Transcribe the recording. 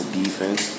defense